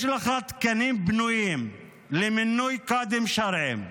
יש לך תקנים בנויים למינוי קאדים שרעיים,